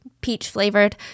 peach-flavored